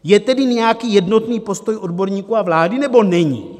Je tedy nějaký jednotný postoj odborníků a vlády, nebo není?